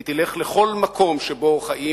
היא תלך לכל מקום שבו חיים